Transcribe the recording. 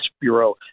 Bureau